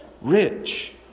rich